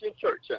church